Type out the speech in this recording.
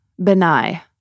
Benai